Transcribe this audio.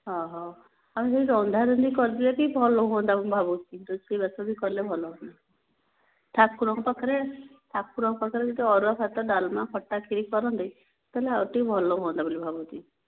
ଆମେ ସେଇଠି ରନ୍ଧା ରନ୍ଧି କରି ଦେଲେ ଟିକିଏ ଭଲ ହୁଅନ୍ତା ମୁଁ ଭାବୁଛି ରୋଷେଇ ବାସ ବି କଲେ ଭଲ ହୁଅନ୍ତା ଠାକୁରଙ୍କ ପାଖରେ ଠାକୁରଙ୍କ ପାଖରେ ଯଦି ଅରୁଆ ଭାତ ଡାଲମା ଖଟା ଖିରି କରନ୍ତେ ତା'ହେଲେ ଆଉ ଟିକିଏ ଭଲ ହୁଅନ୍ତା ବୋଲି ଭାବୁଛି